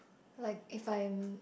like if I'm